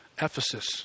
Ephesus